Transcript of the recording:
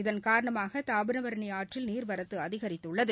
இதன் காரணமாக தாமிரபரணி ஆற்றில் நீர்வரத்து அதிகரித்துள்ளது